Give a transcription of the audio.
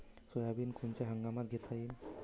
Soybean कोनच्या हंगामात घेता येईन?